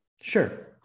Sure